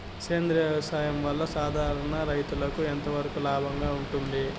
సేంద్రియ వ్యవసాయం వల్ల, సాధారణ రైతుకు ఎంతవరకు లాభంగా ఉంటుంది?